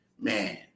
man